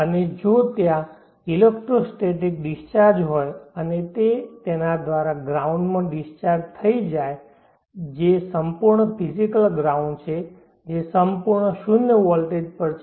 અને જો ત્યાં ઇલેક્ટ્રોસ્ટેટિક ડિસ્ચાર્જ હોય અને તે તેના દ્વારા ગ્રાઉન્ડ માં ડિસ્ચાર્જ થઈ જે સંપૂર્ણ ફિઝિકલ ગ્રાઉન્ડ છે જે સંપૂર્ણ શૂન્ય વોલ્ટેજ પર છે